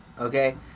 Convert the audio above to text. okay